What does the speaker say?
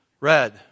Red